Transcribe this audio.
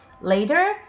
Later